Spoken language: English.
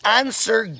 answer